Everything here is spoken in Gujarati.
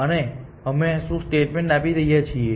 અને અમે શું સ્ટેટમેન્ટ આપી રહ્યા છીએ